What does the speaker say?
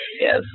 Yes